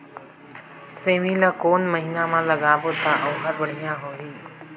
सेमी ला कोन महीना मा लगाबो ता ओहार बढ़िया होही?